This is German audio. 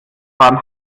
waren